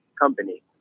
company